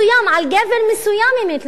על גבר מסוים הם התלוננו,